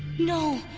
no!